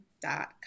dot